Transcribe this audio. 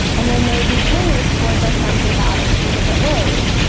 and they may behave towards their sons and daughters in different ways,